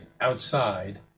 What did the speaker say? outside